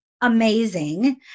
amazing